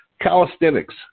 calisthenics